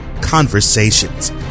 Conversations